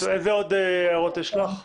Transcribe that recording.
איזה עוד הערות יש לך?